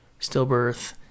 stillbirth